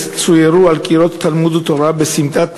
אדוני